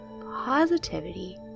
positivity